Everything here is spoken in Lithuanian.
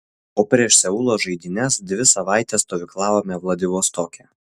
o prieš seulo žaidynes dvi savaites stovyklavome vladivostoke